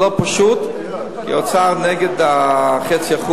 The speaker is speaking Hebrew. זה לא פשוט, כי האוצר נגד ה-0.5%,